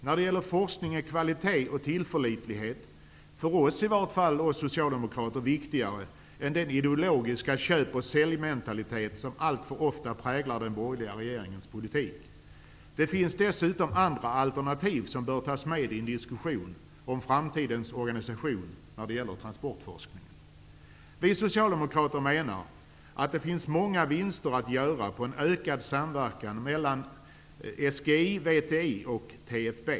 När det gäller forskning är kvalitet och tillförlitlighet, i varje fall för oss socialdemokrater, viktigare än den ideologiska köp och säljmentalitet som alltför ofta präglar den borgerliga regeringens politik. Dessutom finns det andra alternativ som bör tas med i en diskussion om framtidens organisation när det gäller transportforskningen. Vi socialdemokrater menar att det finns många vinster att göra på en ökad samverkan mellan SGI, VTI och TFB.